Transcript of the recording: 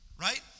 right